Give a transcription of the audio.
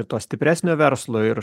ir to stipresnio verslo ir